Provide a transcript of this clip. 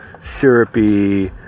syrupy